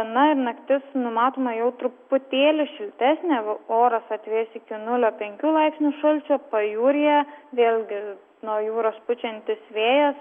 na ir naktis numatoma jau truputėlį šiltesnė oras atvės iki nulio penkių laipsnių šalčio pajūryje vėlgi nuo jūros pučiantis vėjas